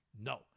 No